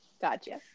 Gotcha